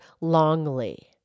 Longley